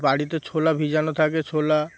বাড়িতে ছোলা ভিজানো থাকে ছোলা